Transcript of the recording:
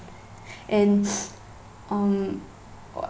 and um